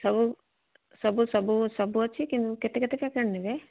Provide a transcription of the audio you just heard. ସବୁ ସବୁ ସବୁ ସବୁ ଅଛି କିନ୍ତୁ କେତେ କେତେ ପ୍ୟାକେଟ୍ ନେବେ